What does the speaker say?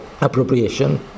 appropriation